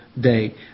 day